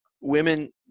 Women